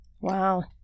Wow